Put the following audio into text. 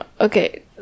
Okay